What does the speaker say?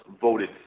voted